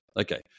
okay